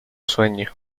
sueño